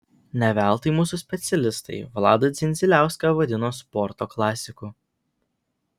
ne veltui mūsų specialistai vladą dzindziliauską vadino sporto klasiku